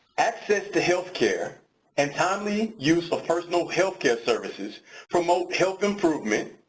access to health care and timely use of personal health care services promote health improvement,